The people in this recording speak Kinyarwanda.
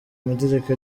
amategeko